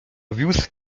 wiózł